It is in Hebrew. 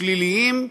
שליליים,